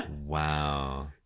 Wow